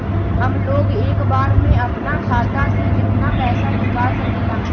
हमलोग एक बार में अपना खाता से केतना पैसा निकाल सकेला?